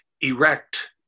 erect